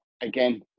again